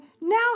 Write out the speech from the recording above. Now